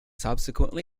subsequently